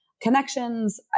connections